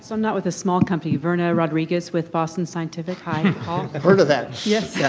so not with a small company, verna rodriguez with boston scientific. hi paul. i've heard of that. yes. yeah